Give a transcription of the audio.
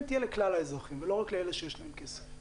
תהיה לכלל האזרחים ולא רק לאלה שיש להם כסף.